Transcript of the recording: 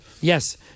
Yes